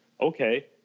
Okay